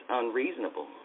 unreasonable